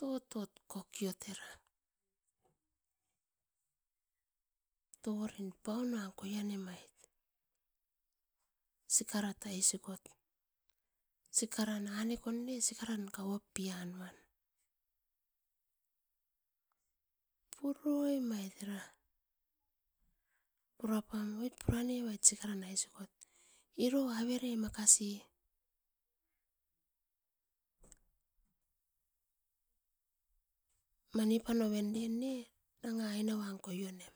Totot kokiot era torin paunuai koione mait sikarat aisikot. sikaran anekon ne kauop pianuan. Puroi mait era, pura pam oit pura nevait sikaran aisikot iro avere makasi mani panoven ne nanga ainuuan koionem.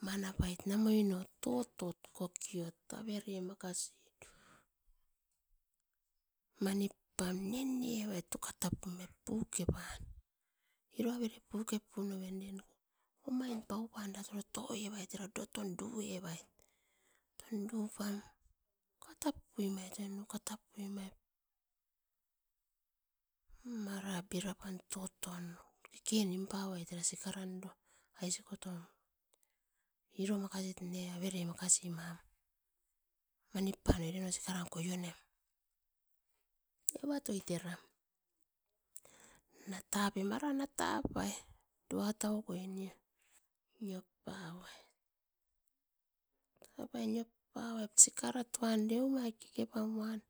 Mana pait na moino totot kokiot avere makasi manip pam ne nene evait puke pan omain pau pan oro toevait era puke pan. Moton duevait, moton dupam uka tap puemait puke pan. Mara bira pam toton keke nim puevait era sikaran aisikotom nene pusevait. Iro makasit ma avere mani panoven era sikaran kolonem. Evat toiteram natapai mara nata pai duatau koi niop pauait, sikarat van deu mai keke pam.